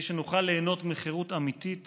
כדי שנוכל ליהנות מחירות אמיתית